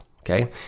okay